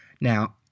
Now